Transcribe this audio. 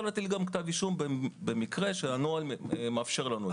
להגיש גם כתב אישום במקרה שהנוהל מאפשר לנו את זה.